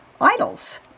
idols